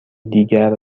دیگر